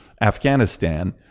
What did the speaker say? Afghanistan